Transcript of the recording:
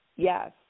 Yes